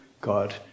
God